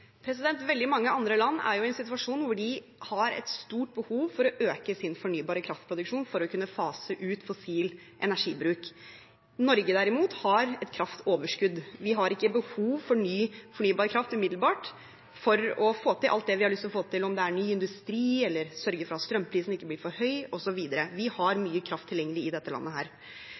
Veldig mange andre land er i en situasjon der de har et stort behov for å øke sin fornybare kraftproduksjon for å kunne fase ut fossil energibruk. Norge, derimot, har et kraftoverskudd; vi har ikke umiddelbart behov for ny fornybar kraft for å få til alt det vi har lyst til å få til – om det er ny industri eller å sørge for at strømprisen ikke blir for høy osv. Vi har mye kraft tilgjengelig i dette landet.